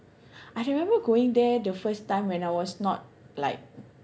I remember going there the first time when I was not like